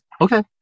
Okay